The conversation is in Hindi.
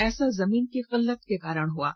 ऐसा जमीन की किल्लत के कारण हुआ है